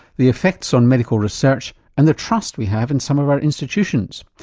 the effects on medical research and the trust we have in some of our institutions.